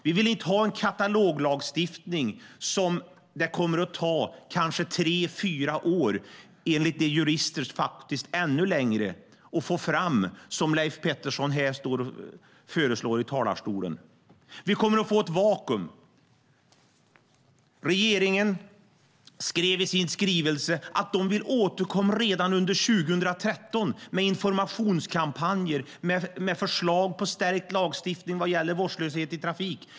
Vi vill inte ha en kataloglagstiftning som det kommer att ta kanske tre fyra år att få fram, och enligt jurister kan det ta ännu längre, och som Leif Pettersson föreslår här i talarstolen. Vi kommer att få ett vakuum. Regeringen skrev i sin skrivelse att den vill återkomma redan under 2013 med informationskampanjer och förslag på stärkt lagstiftning vad gäller vårdslöshet i trafik.